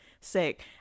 sake